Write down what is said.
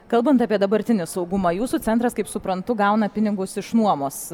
kalbant apie dabartinį saugumą jūsų centras kaip suprantu gauna pinigus iš nuomos